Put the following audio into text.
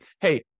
hey